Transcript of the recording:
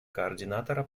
координатора